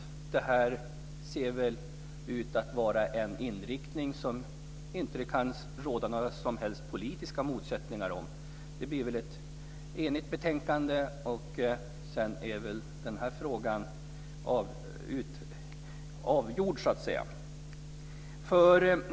Det såg ut att vara en inriktning som det inte kunde råda några som helst politiska motsättningar om. Det blir ett enigt betänkande, och sedan är väl den här frågan avgjord, tänkte jag.